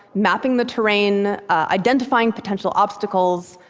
mapping the terrain, identifying potential obstacles.